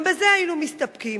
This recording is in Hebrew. גם בזה היינו מסתפקים,